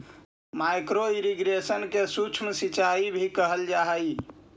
micro irrigation के सूक्ष्म सिंचाई भी कहल जा हइ